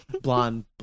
Blonde